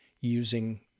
using